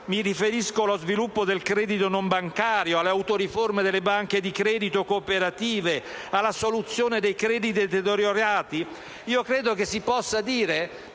mi riferisco allo sviluppo del credito non bancario, alle autoriforme delle banche di credito cooperativo, alla soluzione dei crediti deteriorati - potrà contribuire